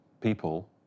people